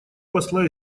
посла